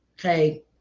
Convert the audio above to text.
okay